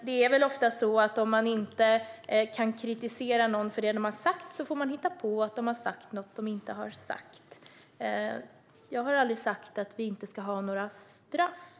Fru talman! Om man inte kan kritisera det ens motståndare har sagt får man hitta på att kritisera något som de inte har sagt. Jag har aldrig sagt att vi inte ska ha några straff.